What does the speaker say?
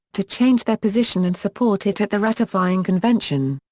to change their position and support it at the ratifying convention.